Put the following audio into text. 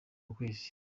kukwezi